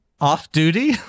Off-duty